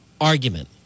argument